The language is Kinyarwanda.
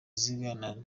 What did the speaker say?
ziggy